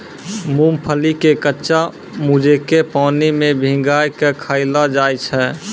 मूंगफली के कच्चा भूजिके पानी मे भिंगाय कय खायलो जाय छै